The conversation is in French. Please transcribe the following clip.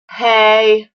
hey